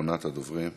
אחרונת הדוברים.